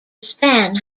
span